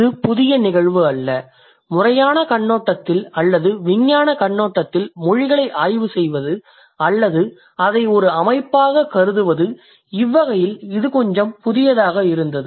இது புதிய நிகழ்வு அல்ல முறையான கண்ணோட்டத்தில் அல்லது விஞ்ஞான கண்ணோட்டத்தில் மொழிகளை ஆய்வு செய்வது அல்லது அதை ஒரு அமைப்பாகக் கருதுவது இவ்வகையில் இது கொஞ்சம் புதியதாக இருந்தது